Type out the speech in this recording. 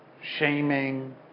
shaming